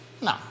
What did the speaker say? no